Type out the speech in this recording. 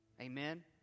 amen